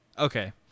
Okay